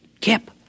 Kip